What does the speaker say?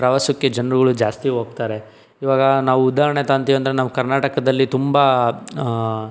ಪ್ರವಾಸಕ್ಕೆ ಜನರುಗಳು ಜಾಸ್ತಿ ಹೋಗ್ತಾರೆ ಈವಾಗ ನಾವು ಉದಾಹರಣೆ ತೋಂತೀವಂದ್ರೆ ನಾವು ಕರ್ನಾಟಕದಲ್ಲಿ ತುಂಬ